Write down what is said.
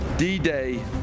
D-Day